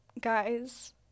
guys